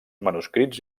manuscrits